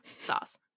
Sauce